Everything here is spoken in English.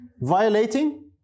violating